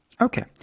Okay